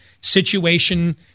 situation